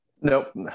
nope